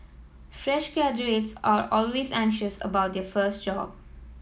fresh graduates are always anxious about their first job